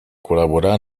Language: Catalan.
col·laborar